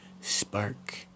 spark